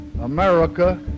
America